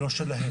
אלא של הפוגעים.